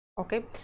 okay